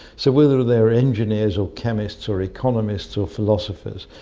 so whether they're engineers or chemists or economists or philosophers,